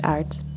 Arts